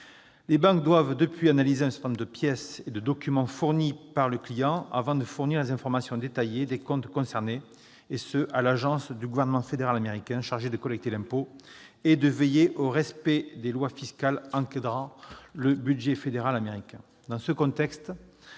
Les banques doivent depuis lors analyser un certain nombre de pièces et de documents fournis par le client avant de fournir les informations détaillées des comptes concernés à l'agence du gouvernement fédéral américain chargée de collecter l'impôt et de veiller au respect des lois fiscales encadrant le budget fédéral américain. Dans ce contexte,